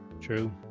True